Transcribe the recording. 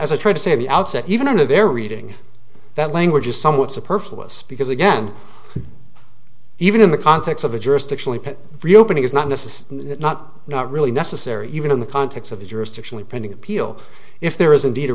as i tried to say the outset even though they're reading that language is somewhat superfluous because again even in the context of a jurisdictionally put reopening is not necessary not not really necessary even in the context of a jurisdictionally pending appeal if there is indeed a